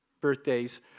Birthdays